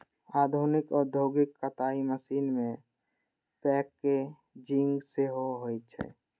आधुनिक औद्योगिक कताइ मशीन मे पैकेजिंग सेहो होइ छै